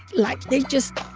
like, they just,